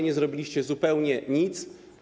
Nie zrobiliście zupełnie nic.